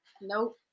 Nope